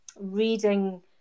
reading